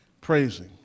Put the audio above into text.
praising